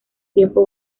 tiempo